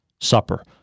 Supper